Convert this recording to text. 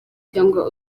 cyangwa